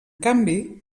canvi